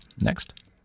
Next